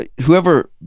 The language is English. Whoever